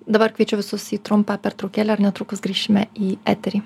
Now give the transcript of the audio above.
dabar kviečiu visus trumpą pertraukėlę ir netrukus grįšime į eterį